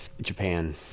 Japan